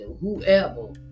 whoever